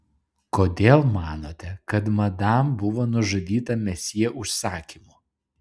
kodėl manote kad madam buvo nužudyta mesjė užsakymu